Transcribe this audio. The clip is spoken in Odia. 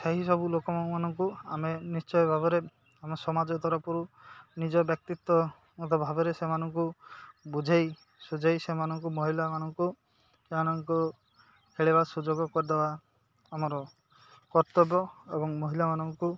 ସେହିସବୁ ଲୋକମାନଙ୍କୁ ଆମେ ନିଶ୍ଚୟ ଭାବରେ ଆମ ସମାଜ ତରଫରୁ ନିଜ ବ୍ୟକ୍ତିତ୍ୱ ଭାବରେ ସେମାନଙ୍କୁ ବୁଝାଇ ସୁଝାଇ ସେମାନଙ୍କୁ ମହିଳାମାନଙ୍କୁ ସେମାନଙ୍କୁ ଖେଳିବା ସୁଯୋଗ କରିଦବା ଆମର କର୍ତ୍ତବ୍ୟ ଏବଂ ମହିଳାମାନଙ୍କୁ